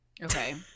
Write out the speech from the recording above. Okay